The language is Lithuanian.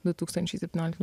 du tūkstančiai septynioliktų